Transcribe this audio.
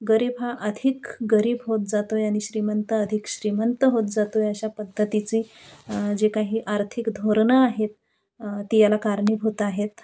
गरीब हा अधिक गरीब होत जातो आहे आणि श्रीमंत अधिक श्रीमंत होत जातो आहे अशा पद्धतीची जे काही आर्थिक धोरणं आहेत ती याला कारणिभूत आहेत